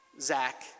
Zach